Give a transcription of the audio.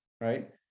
right